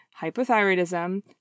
hypothyroidism